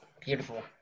Beautiful